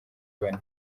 bane